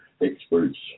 experts